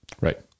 Right